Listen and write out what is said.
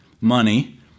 money